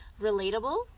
relatable